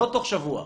לא תוך שבוע,